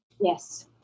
yes